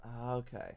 Okay